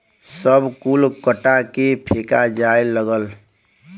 सब कुल कटा के फेका जाए लगल